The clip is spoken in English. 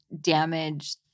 damage